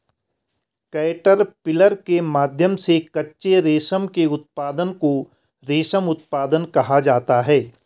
caterpillar के माध्यम से कच्चे रेशम के उत्पादन को रेशम उत्पादन कहा जाता है